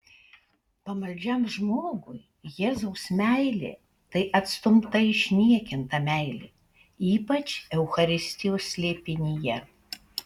pamaldžiam žmogui jėzaus meilė tai atstumta išniekinta meilė ypač eucharistijos slėpinyje